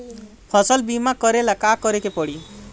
फसल बिमा करेला का करेके पारी?